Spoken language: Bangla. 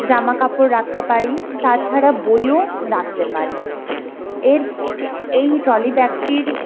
জামাকাপড় রাখতে পারি তাছাড়া বইও রাখতে পারি এর এই ট্রলিব্যাগটির